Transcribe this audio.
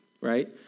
right